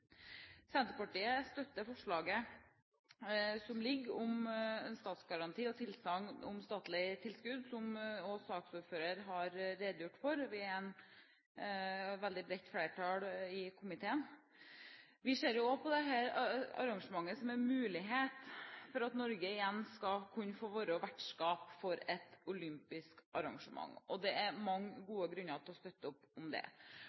Senterpartiet støtter forslaget som ligger her, om en statsgaranti og tilsagn om statlig tilskudd, som også saksordføreren har redegjort for. Det er et veldig bredt flertall for dette i komiteen. Vi ser også på dette arrangementet som en mulighet for Norge til igjen å kunne få være vertskap for et olympisk arrangement, og det er mange gode grunner til å støtte opp om det.